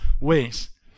ways